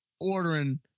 ordering